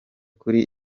kuri